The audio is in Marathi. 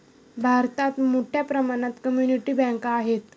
भारतात मोठ्या प्रमाणात कम्युनिटी बँका आहेत